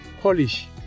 Polish